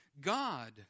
God